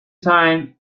time